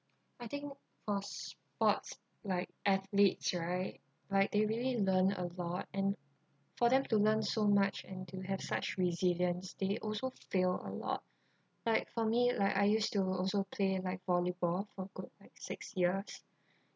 I think for sports like athletes right like they really learn a lot and for them to learn so much and to have such resilience they also fail a lot like for me like I used to also play like volleyball for good like six years